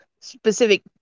specific